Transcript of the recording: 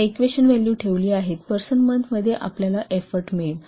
या equation value ठेवली पाहिजेत पर्सन मंथ मध्ये आपल्याला एफोर्ट मिळेल